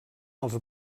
els